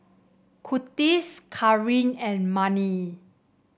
Kurtis Kareen and Manie